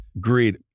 greed